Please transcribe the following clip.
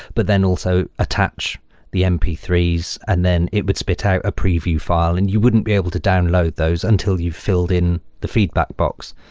but then also attach the m p three s and then it would spit out a preview file and you wouldn't be able to download those until you filled in the feedback box.